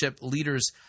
leaders